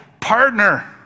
partner